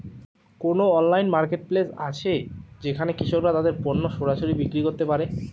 কোন online marketplace আছে যেখানে কৃষকরা তাদের পণ্য সরাসরি বিক্রি করতে পারে?